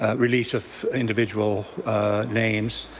ah release of individual names,